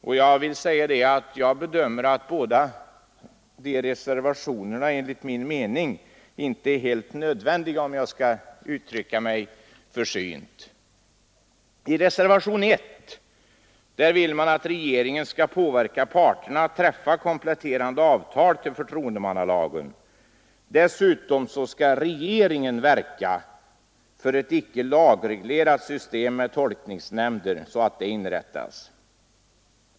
Enligt min mening är ingen av dessa reservationer helt nödvändig, om jag skall uttrycka mig försynt. I reservationen 1 vill man att regeringen skall påverka parterna att träffa kompletterande avtal till förtroendemannalagen. Dessutom skall regeringen verka för att ett icke lagreglerat system med tolkningsnämnder inrättas.